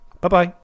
Bye-bye